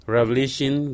Revelation